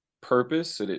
purpose